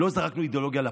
לא זרקנו אידיאולוגיה לפח.